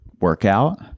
workout